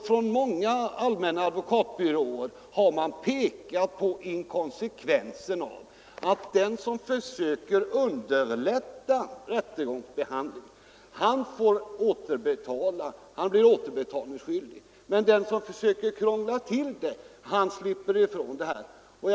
Från många allmänna advokatbyråer har man också pekat på inkonsekvensen i att den som försöker underlätta rättegångsbehandlingen blir återbetalningsskyldig medan den som försöker krångla till handläggningen inte blir det.